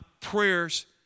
prayers